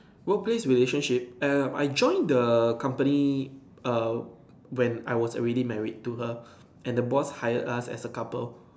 work place relationship err I joined the company err when I was already married to her and the boss hired us as a couple